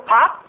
Pop